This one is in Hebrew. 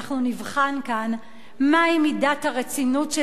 אנחנו נבחן כאן מהי מידת הרצינות של